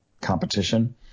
competition